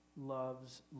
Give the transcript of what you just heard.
loves